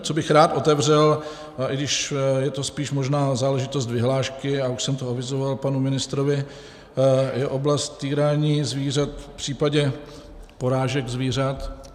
Co bych rád otevřel, i když je to spíš možná záležitost vyhlášky, já už jsem to avizoval panu ministrovi, je oblast týrání zvířat v případě porážek zvířat.